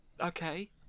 Okay